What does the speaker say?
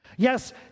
Yes